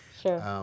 Sure